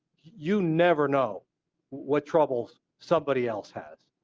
you never know what troubles somebody else had,